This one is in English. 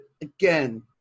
again